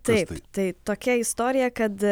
taip tai tokia istorija kad